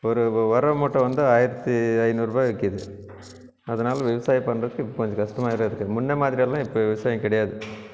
ஒரு ஒ உர மூட்டைவந்து ஆயிரத்தி ஐநூறுபா விக்குது அதனால விவசாயம் பண்ணுறதுக்கு இப்போ கொஞ்சம் கஷ்டமாக வேறு இருக்குது முன்னே மாதிரியெல்லாம் இப்போ விவசாயம் கிடையாது